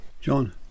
John